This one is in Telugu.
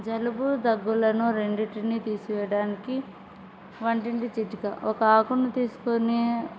జలుబు దగ్గులను రెండింటిని తీసివేయడానికి వంటింటి చిట్కా ఒక ఆకును తీసుకొని